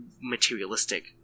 materialistic